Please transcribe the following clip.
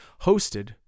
hosted